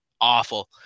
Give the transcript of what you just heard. awful